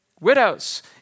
widows